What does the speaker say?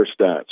stats